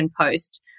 Post